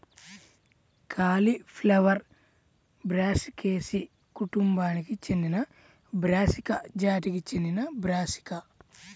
cauliflower బ్రాసికాసి కుటుంబానికి చెందినబ్రాసికా జాతికి చెందినబ్రాసికా